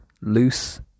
loose